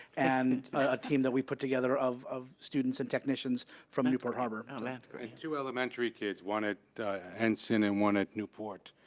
and a team that we put together of of students and technicians from newport harbor. oh, that's great. and two elementary kids, one at ensign and one at newport,